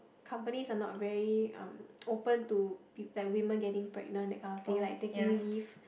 companies are not very um open to peo~ like women getting pregnant that kind of thing like taking leave